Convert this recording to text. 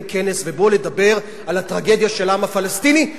כנס ובו לדבר על הטרגדיה של העם הפלסטיני,